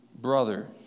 brother